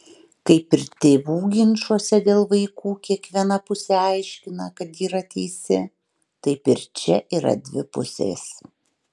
kaip ir tėvų ginčuose dėl vaikų kiekviena pusė aiškina kad yra teisi taip ir čia yra dvi pusės